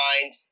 mind